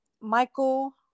Michael